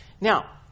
Now